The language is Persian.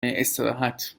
استراحت